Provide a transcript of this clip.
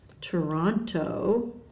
Toronto